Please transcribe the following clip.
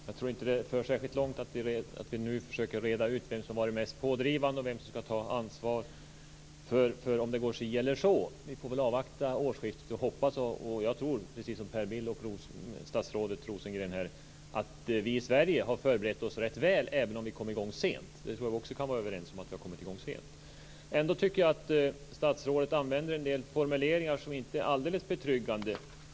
Fru talman! Jag tror inte det för särskilt långt att vi nu försöker reda ut vem som har varit mest pådrivande och vem som ska ta ansvar för om det går si eller så. Vi får avvakta årsskiftet och hoppas. Jag tror, precis som Per Bill och statsrådet Rosengren, att vi i Sverige har förberett oss rätt väl även om vi kom i gång sent. Jag tror också vi kan vara överens om att vi kom i gång sent. Ändå tycker jag att statsrådet använder en del formuleringar som inte är alldeles betryggande.